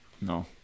No